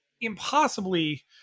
impossibly